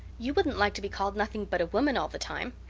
you wouldn't like to be called nothing but a woman all the time.